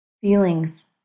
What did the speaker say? feelings